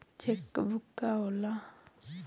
Check book का होला?